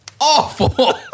awful